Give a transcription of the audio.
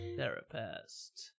Therapist